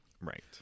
Right